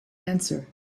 answer